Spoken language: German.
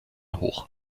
hoch